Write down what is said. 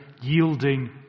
yielding